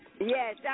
Yes